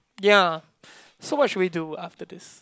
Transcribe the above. ya so what should we do after this